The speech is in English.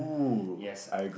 yes